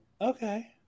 okay